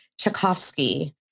Tchaikovsky